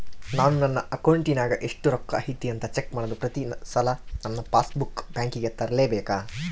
ನಾನು ನನ್ನ ಅಕೌಂಟಿನಾಗ ಎಷ್ಟು ರೊಕ್ಕ ಐತಿ ಅಂತಾ ಚೆಕ್ ಮಾಡಲು ಪ್ರತಿ ಸಲ ನನ್ನ ಪಾಸ್ ಬುಕ್ ಬ್ಯಾಂಕಿಗೆ ತರಲೆಬೇಕಾ?